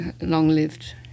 long-lived